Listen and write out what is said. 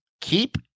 keep